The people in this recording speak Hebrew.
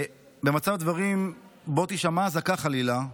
במצב דברים שבו תישמע אזעקה, חלילה,